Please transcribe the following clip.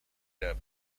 der